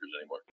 anymore